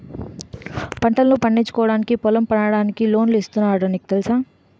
పంటల్ను పండించుకోవడానికి పొలం పండాలన్నా లోన్లు ఇస్తున్నారట నీకు తెలుసా?